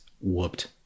whooped